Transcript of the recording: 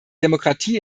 demokratie